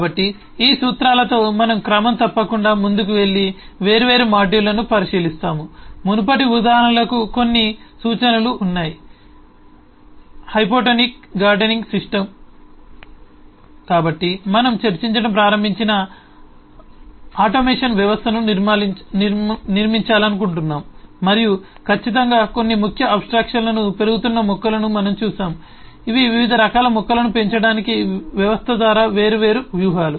కాబట్టి ఈ సూత్రాలతో మనం క్రమం తప్పకుండా ముందుకు వెళ్లి వేర్వేరు మాడ్యూళ్ళను పరిశీలిస్తాము మునుపటి ఉదాహరణలకు కొన్ని సూచనలు ఉన్నాయి హైపోటోనిక్ గార్డెనింగ్ సిస్టమ్ కాబట్టి మనం చర్చించటం ప్రారంభించిన ఆటోమేషన్ వ్యవస్థను నిర్మించాలనుకుంటున్నాము మరియు ఖచ్చితంగా కొన్ని ముఖ్య అబ్ స్ట్రాక్షన్లు పెరుగుతున్న మొక్కలను మనం చూశాము ఇవి వివిధ రకాల మొక్కలను పెంచడానికి వ్యవస్థ ద్వారా వేర్వేరు వ్యూహాలు